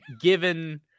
given